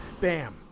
Bam